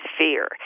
fear